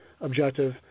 objective